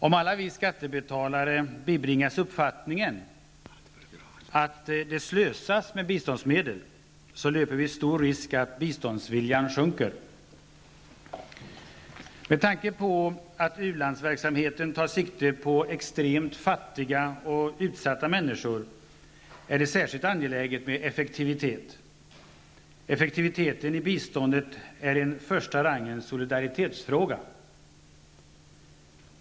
Om alla vi skattebetalare bibringas uppfattningen att det slösas med biståndsmedel, löper vi stor risk att biståndsviljan sjunker. Med tanke på att u-landsverksamheten tar sikte på extremt fattiga och utsatta människor är det särskilt angeläget med effektivitet. Effektiviteten i biståndet är en första rangens solidaritetsfråga.